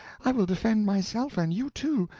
i will defend myself and you, too,